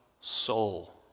soul